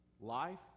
life